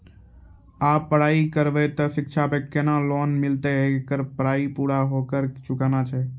आप पराई करेव ते शिक्षा पे केना लोन मिलते येकर मे पराई पुरा होला के चुकाना छै?